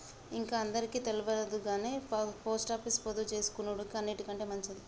ఇంక అందరికి తెల్వదుగని పోస్టాపీసుల పొదుపుజేసుకునుడు అన్నిటికంటె మంచిది